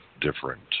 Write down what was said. different